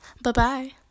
Bye-bye